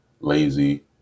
lazy